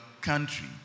country